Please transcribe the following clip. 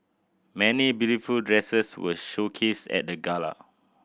many beautiful dresses were showcased at the gala